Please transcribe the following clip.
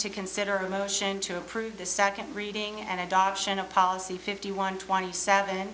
to consider a motion to approve the second reading and adoption of policy fifty one twenty seven